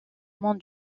monde